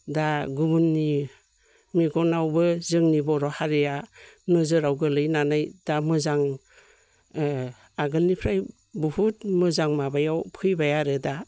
दा गुबुननि मेगनावबो जोंनि बर'हारिया नोजोराव गोग्लैनानै दा मोजां आगोलनिफ्राय बहुद मोजां माबायाव फैबाय आरो दा